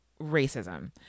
racism